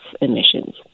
emissions